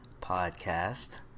podcast